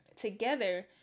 together